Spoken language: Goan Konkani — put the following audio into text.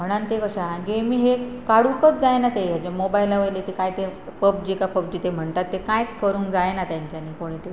म्हणन ते कशें आसा गेमी हे काडूकच जायना तें हेजे मोबायला वयले ते कांय ते पब जी काय पब जी ते म्हणटात ते कांयत करूंक जायना तेंच्यांनी कोणी ते